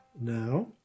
Now